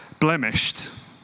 blemished